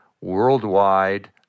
worldwide